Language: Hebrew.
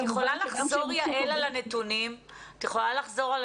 את יכולה לחזור על הנתונים בבקשה?